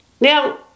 now